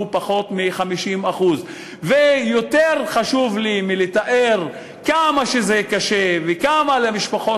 הוא לפחות 50%. ויותר חשוב לי מלתאר כמה שזה קשה וכמה קשה למשפחות